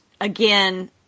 again